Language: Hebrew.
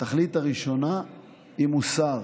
התכלית הראשונה היא מוסר,